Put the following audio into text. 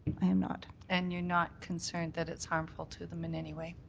i am not. and you're not concerned that it's harmful to them in any way.